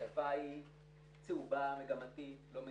הכתבה היא צהובה, מגמתית, לא מדויקת.